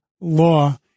law